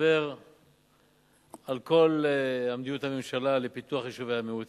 לדבר על כל מדיניות הממשלה לפיתוח יישובי המיעוטים,